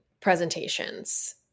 presentations